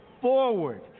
forward